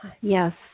yes